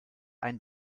ein